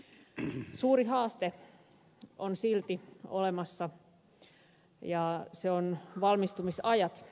suuri haaste on silti olemassa ja se on valmistumisajat